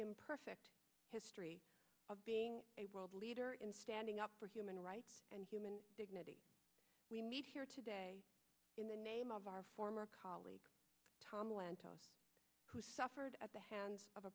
imperfect history of being a world leader in standing up for human rights and human dignity we meet here today in the name of our former colleague tom lantos who suffered at the hands of